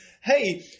hey